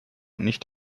nicht